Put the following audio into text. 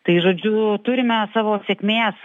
tai žodžiu turime savo sėkmės